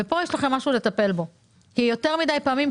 ופה יש לכם משהו לטפל בו כי יותר מדי פעמים,